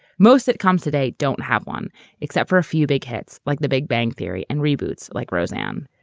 most sitcoms today don't have one except for a few big hits like the big bang theory and reboots like roseanne.